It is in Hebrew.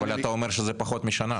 אבל אתה אומר שזה פחות בשנה.